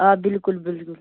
آ بِلکُل بِلکُل